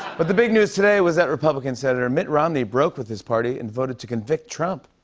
but the big news today was that republican senator mitt romney broke with his party and voted to convict trump.